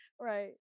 Right